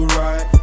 right